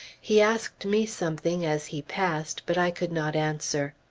he asked me something as he passed, but i could not answer.